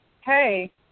hey